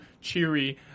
cheery